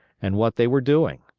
and what they were doing.